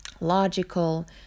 logical